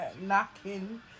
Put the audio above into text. Knocking